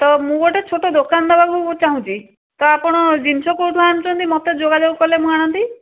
ତ ମୁଁ ଗୋଟେ ଛୋଟ ଦୋକାନ ଦବାକୁ ଚାହୁଁଛି ତ ଆପଣ ଜିନିଷ କେଉଁଠୁ ଆଣୁଛନ୍ତି ମତେ ଯୋଗାଯୋଗ କଲେ ମୁଁ ଆଣନ୍ତି